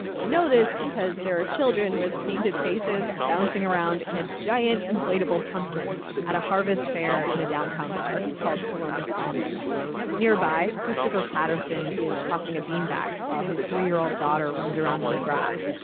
i know this because there are children with painted faces bouncing around inside and a giant inflatable pumpkin at a harvest fair in a downtown park called columbus commons nearby, christopher patterson is tossing a beanbag, while his three year old daughter runs around on the grass.